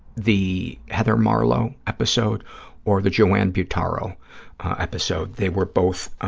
the heather marlowe episode or the joann buttaro episode. they were both